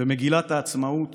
במגילת העצמאות